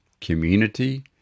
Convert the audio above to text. community